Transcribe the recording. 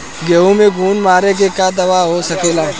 गेहूँ में घुन मारे के का दवा हो सकेला?